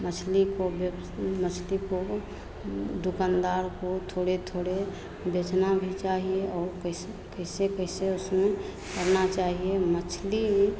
मछली को मछली को दुकनदार को थोड़े थोड़े बेचना भी चाहिए और कैसे कैसे कैसे उसमें करना चाहिए मछली